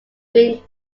green